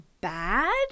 bad